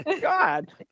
God